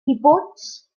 cibwts